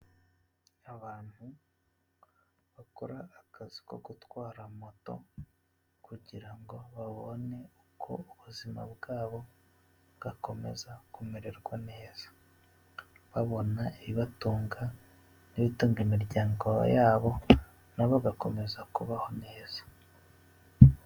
Abantu bakora akazi ko gutwara moto, kugira ngo babone uko ubuzima bwabo bwakomeza kumererwa neza, babona ibibatunga n'ibitunga imiryango yabo, nabo bagakomeza kubaho neza.